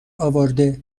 اورده